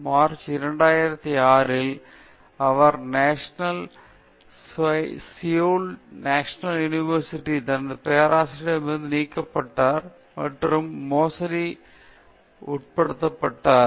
March 2006 இல் அவர் Seoul National University தனது பேராசிரியரிடம் இருந்து நீக்கப்பட்டார் மற்றும் மோசடி மற்றும் மோசடிக்கு உட்படுத்தப்பட்டார்